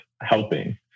helping